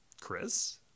Chris